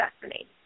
destiny